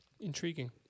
Intriguing